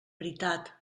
veritat